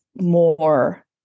more